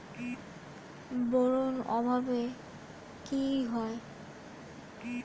Boron অভাবে কি হয়?